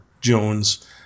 Jones